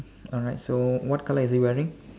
alright so what colour is he wearing